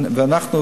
ואנחנו,